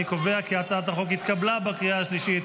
אני קובע כי הצעת החוק התקבלה בקריאה השלישית,